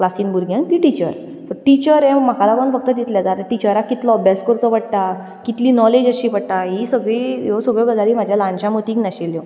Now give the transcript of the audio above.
क्लासीन भुरग्यांक ती टिचर सो टिचर हें म्हाका लागून फक्त तितलेंच आतां टिचराक कितलो अभ्यास करचो पडटा कितली नॉलेज आसची पडटा ही सगळी ह्यो सगळ्यो गजाली म्हाज्या ल्हानश्या मतीक नाशिल्ल्यो